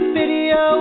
video